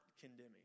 condemning